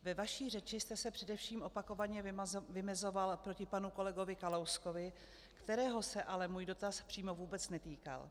Ve své řeči jste se především opakovaně vymezoval proti panu kolegovi Kalouskovi, kterého se ale můj dotaz přímo vůbec netýkal.